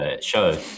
show